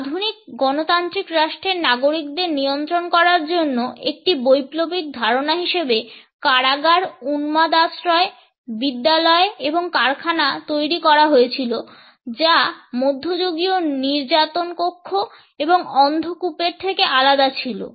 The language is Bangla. আধুনিক গণতান্ত্রিক রাষ্ট্রের নাগরিকদের নিয়ন্ত্রণ করার জন্য একটি বৈপ্লবিক ধারণা হিসেবে কারাগার উন্মাদ আশ্রয় বিদ্যালয় এবং কারখানা তৈরি করা হয়েছিল যা মধ্যযুগীয় নির্যাতন কক্ষ এবং অন্ধকূপের থেকে আলাদা ছিল